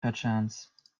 perchance